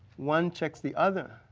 one checks the other.